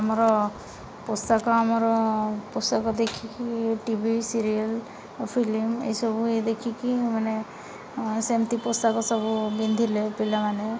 ଆମର ପୋଷାକ ଆମର ପୋଷାକ ଦେଖିକି ଟିଭି ସିରିଏଲ୍ ଫିଲ୍ମ୍ ଏସବୁ ଇଏ ଦେଖିକି ମାନେ ସେମିତି ପୋଷାକ ସବୁ ପିନ୍ଧିଲେ ପିଲାମାନେ